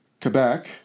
Quebec